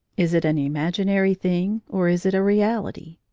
is it an imaginary thing, or is it a reality?